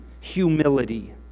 humility